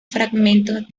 fragmentos